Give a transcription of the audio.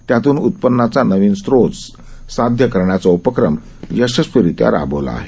त्यातून उत्पन्नाचा नवीन स्त्रोत साध्य करण्याचा उपक्रम यशस्वीरित्या राबवला आहे